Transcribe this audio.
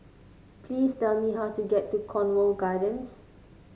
please tell me how to get to Cornwall Gardens